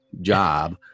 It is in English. job